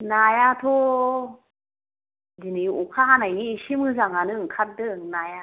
नायाथ' दिनै अखा हानायनि एसे मोजाङानो ओंखारदों नाया